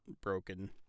broken